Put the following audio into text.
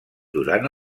durant